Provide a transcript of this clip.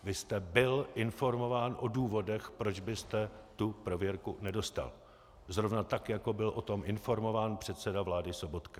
Vy jste byl informován o důvodech, proč byste tu prověrku nedostal, zrovna tak jako byl o tom informován předseda vlády Sobotka.